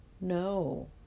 no